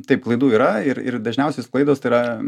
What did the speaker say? taip klaidų yra ir ir dažniausios klaidos tai yra